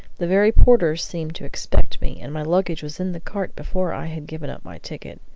the very porters seemed to expect me, and my luggage was in the cart before i had given up my ticket.